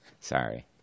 Sorry